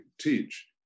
teach